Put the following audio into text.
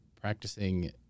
practicing